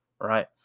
Right